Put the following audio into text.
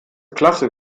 klasse